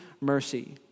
mercy